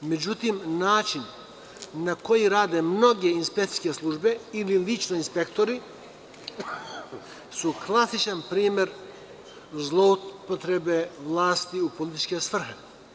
Međutim, način na koji rade mnoge inspekcijske službe ili lično inspektori su klasičan primer zloupotrebe vlasti u političke svrhe.